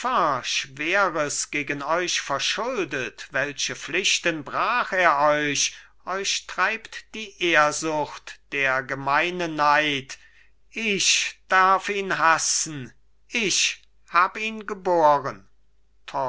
schweres gegen euch verschuldet welche pflichten brach er euch euch treibt die ehrsucht der gemeine neid ich darf ihn hassen ich hab ihn geboren